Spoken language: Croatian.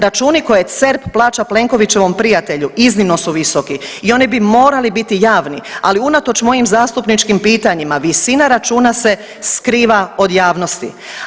Računi koje CERP plaća Plenkovićevom prijatelju iznimno su visoki i oni bi morali biti javni, ali unatoč mojim zastupničkim pitanjima visina računa se skriva od javnosti.